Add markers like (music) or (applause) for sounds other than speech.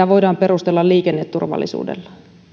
(unintelligible) voidaan perustella liikenneturvallisuudella